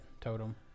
totem